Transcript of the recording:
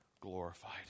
glorified